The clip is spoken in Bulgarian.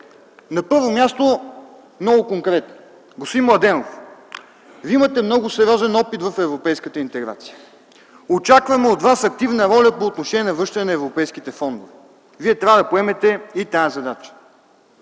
На първо място, конкретно, господин Младенов, Вие имате много сериозен опит в европейската интеграция. Очакваме от Вас активна роля по отношение на връщане на европейските фондове. Вие трябва да поемете и тази задача.